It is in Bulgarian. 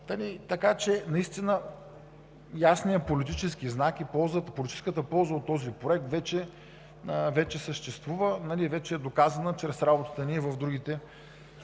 така че наистина ясният политически знак и политическата полза от проекта вече съществува и е доказана чрез работата ни в другите спортове.